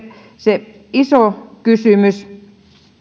se iso kysymys